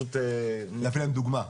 -- להביא להם דוגמה.